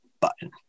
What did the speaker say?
button